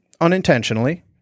unintentionally